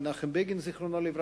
מנחם בגין ז"ל,